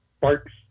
barks